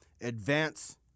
advance